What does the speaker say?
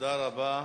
תודה רבה.